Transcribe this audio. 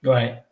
Right